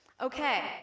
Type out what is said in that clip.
Okay